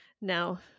now